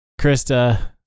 Krista